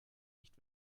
nicht